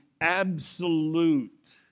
absolute